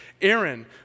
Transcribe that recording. Aaron